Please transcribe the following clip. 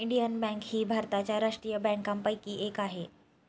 Indian bank ही भारताच्या राष्ट्रीय बँकांपैकी एक आहे